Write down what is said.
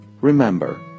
Remember